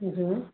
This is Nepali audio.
हजुर